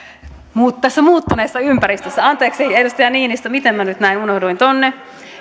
tässä muuttuneessa ympäristössä anteeksi edustaja niinistö miten minä nyt näin unohduin tuonne